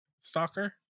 stalker